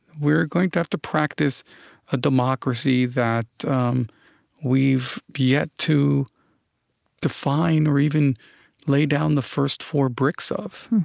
we're going to have to practice a democracy that um we've yet to define or even lay down the first four bricks of.